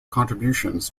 contributions